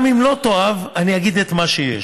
גם אם לא תאהב, אני אגיד את מה שיש,